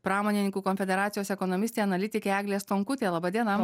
pramonininkų konfederacijos ekonomistė analitikė eglė stonkutė laba diena